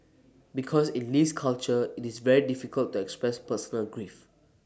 because in Lee's culture IT is very difficult to express personal grief